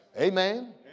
Amen